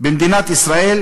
במדינת ישראל,